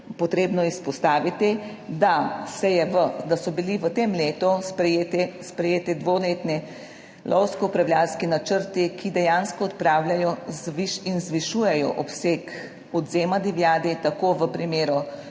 potrebno izpostaviti, da so bili v tem letu sprejeti dvoletni lovsko upravljavski načrti, ki dejansko odpravljajo in zvišujejo obseg odvzema divjadi, tako v primeru